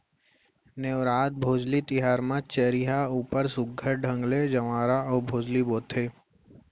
नेवरात, भोजली तिहार म चरिहा ऊपर सुग्घर ढंग ले जंवारा अउ भोजली बोथें